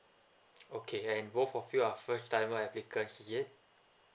okay then both of you are first timer applicants is it